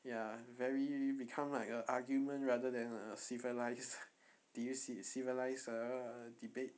ya very become like err argument rather than a civilised did you see civilised err debate